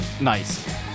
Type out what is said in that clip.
Nice